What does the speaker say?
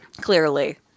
Clearly